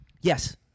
Yes